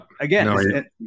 Again